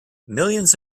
millions